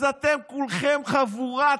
אז אתם כולכם חבורת,